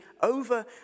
over